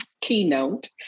keynote